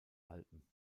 alpen